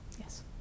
yes